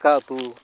ᱫᱟᱠᱟᱩᱛᱩ